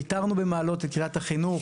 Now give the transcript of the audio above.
איתרנו במעלות את קריית החינוך.